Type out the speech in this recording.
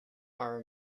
our